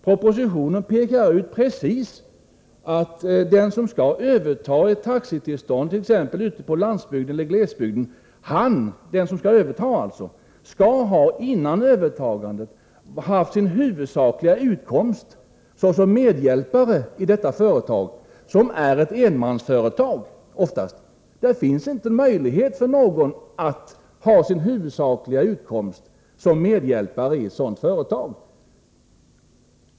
Propositionen pekar ut precis att den som skall överta ett taxitillstånd skall före övertagandet ha haft sin huvudsakliga utkomst såsom medhjälpare i detta företag, som oftast är ett enmansföretag. Det finns inte möjlighet för någon att ha sin huvudsakliga utkomst såsom en medhjälpare i ett sådant företag.